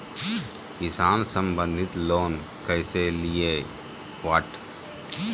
किसान संबंधित लोन कैसै लिये?